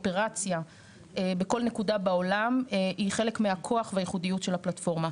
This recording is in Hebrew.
אופרציה בכל נקודה בעולם היא חלק מהכוח והייחודיות של הפלטפורמה.